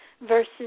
versus